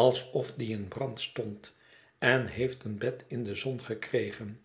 alsof die in brand stond en heeft een bed in de zon gekregen